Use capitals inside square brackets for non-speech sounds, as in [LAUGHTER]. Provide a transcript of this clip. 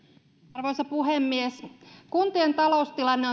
arvoisa puhemies kuntien taloustilanne [UNINTELLIGIBLE]